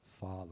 Father